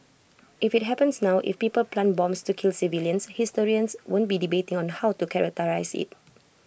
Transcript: if IT happens now if people plant bombs to kill civilians historians won't be debating on how to characterise IT